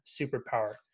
superpower